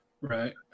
Right